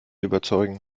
überzeugen